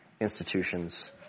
institutions